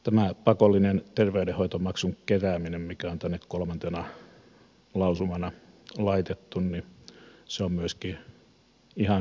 tämä pakollinen terveydenhoitomaksun kerääminen mikä on tänne kolmantena lausumana laitettu on myöskin ihan hyvä asia